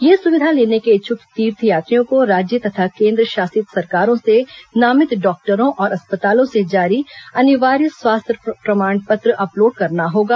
यह सुविधा लेने के इच्छुक तीर्थयात्रियों को राज्य तथा केन्द्रशासित सरकारों से नामित डॉक्टरों और अस्पतालों से जारी अनिवार्य स्वास्थ्य प्रमाण पत्र अपलोड करना होगा